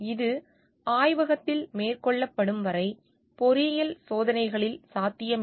இது ஆய்வகத்தில் மேற்கொள்ளப்படும் வரை பொறியியல் சோதனைகளில் சாத்தியமில்லை